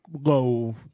low